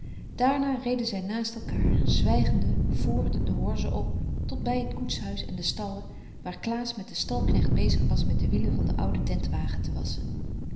daarna reden zij naast elkaâr zwijgende voort de horze om tot bij het koetshuis en de stallen waar klaas met den stalknecht bezig was de wielen van den ouden tentwagen te wasschen